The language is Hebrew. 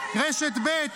רשת ב',